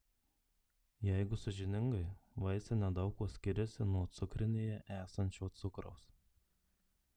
jeigu sąžiningai vaisiai nedaug kuo skiriasi nuo cukrinėje esančio cukraus